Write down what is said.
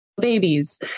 babies